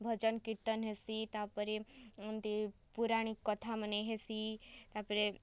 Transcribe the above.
ଭଜନ୍ କୀର୍ତ୍ତନ୍ ହେସି ତା'ର୍ପରେ ଏନ୍ତି ପୌରାଣିକ୍ କଥା ମାନେ ହେସି ତା'ର୍ପରେ